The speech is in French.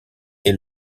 est